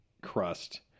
Crust